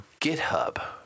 GitHub